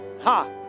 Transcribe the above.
Ha